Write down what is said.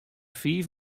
fiif